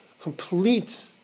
complete